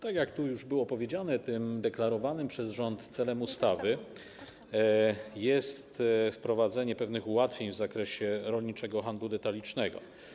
Tak jak tu już było powiedziane, deklarowanym przez rząd celem ustawy jest wprowadzenie pewnych ułatwień w zakresie rolniczego handlu detalicznego.